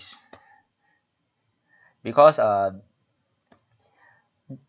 because uh